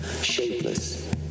shapeless